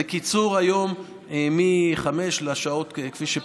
קיצור היום מ-17:00 לשעות כפי,